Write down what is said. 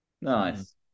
Nice